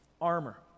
armor